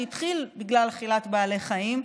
שהתחיל בגלל אכילת בעלי חיים.